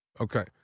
Okay